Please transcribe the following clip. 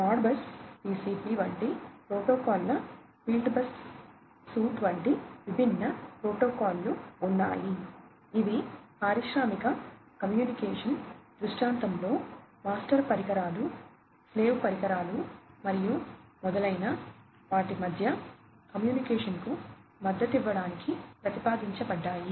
Modbus TCP పరికరాలు slave పరికరాలు మరియు మొదలైన వాటి మధ్య కమ్యూనికేషన్కు మద్దతునివ్వడానికి ప్రతిపాదించబడ్డాయి